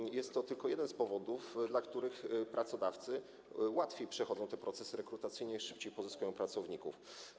I jest to tylko jeden z powodów, dla których pracodawcy łatwiej przechodzą te procesy rekrutacyjne, szybciej pozyskują pracowników.